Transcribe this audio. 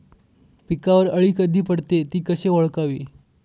पिकावर अळी कधी पडते, ति कशी ओळखावी?